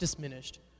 diminished